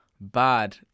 bad